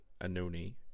Anoni